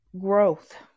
growth